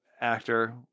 actor